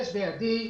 יש בידי,